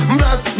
bless